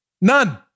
None